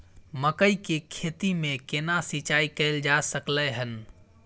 मकई की खेती में केना सिंचाई कैल जा सकलय हन?